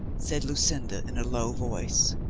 said luclnda in a low voice.